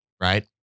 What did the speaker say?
right